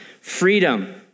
freedom